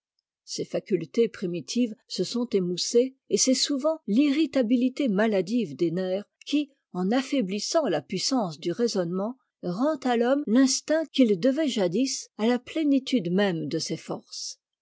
ces facultés primitives se sont émoussées et c'est souvent l'irritabilité maladive des nerfs qui en affaiblissant la puissance du raisonnement rend à l'homme l'instinct qu'il devait jadis à la plénitude même de ses forces